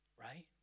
Right